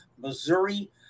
Missouri